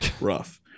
Rough